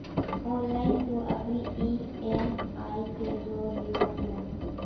online तू अपनी EMI के जोड़ भी सकेला